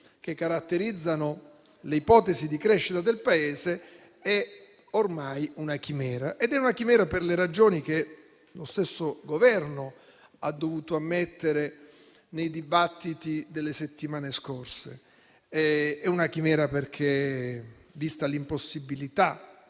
che caratterizzano le ipotesi di crescita del Paese, è ormai una chimera. Questo per le ragioni che lo stesso Governo ha dovuto ammettere nei dibattiti delle settimane scorse. È una chimera perché, vista l'impossibilità